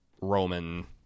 Roman